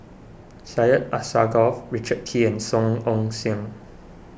Syed Alsagoff Richard Kee and Song Ong Siang